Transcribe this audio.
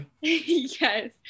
Yes